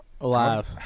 Alive